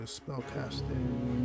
spellcasting